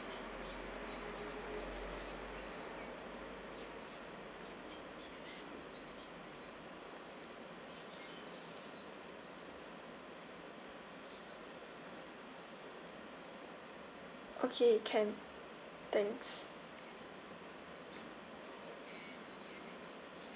okay can thanks